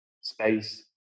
space